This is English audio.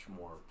more